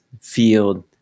field